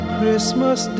Christmas